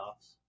playoffs